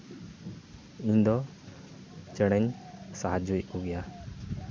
ᱤᱧ ᱫᱚ ᱪᱮᱬᱮᱧ ᱥᱟᱦᱟᱡᱽᱡᱚᱭᱮᱫ ᱠᱚ ᱜᱮᱭᱟ